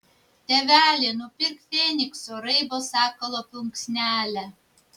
tėveli nupirk fenikso raibo sakalo plunksnelę